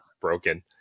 broken